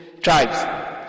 tribes